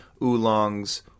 oolongs